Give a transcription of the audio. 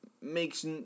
makes